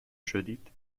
شدید